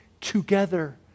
together